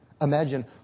imagine